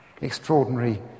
Extraordinary